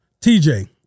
TJ